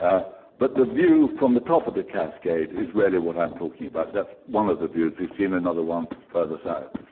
but the view from the top of the cascade is really what i'm talking about. that's one of the views. we've seen another one further south.